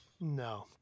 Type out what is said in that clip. No